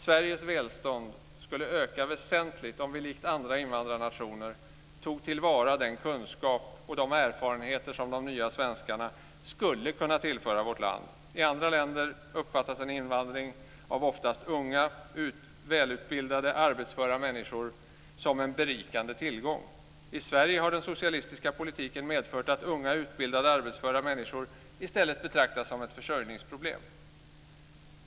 Sveriges välstånd skulle öka väsentligt om vi likt andra invandrarnationer tog till vara den kunskap och de erfarenheter som de nya svenskarna skulle kunna tillföra vårt land. I andra länder uppfattas en invandring av oftast unga välutbildade arbetsföra människor som en berikande tillgång. I Sverige har den socialistiska politiken medfört att unga utbildade arbetsföra människor i stället betraktas som ett försörjningsproblem.